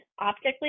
Optically